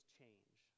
change